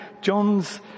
john's